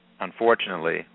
unfortunately